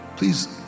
please